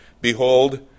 Behold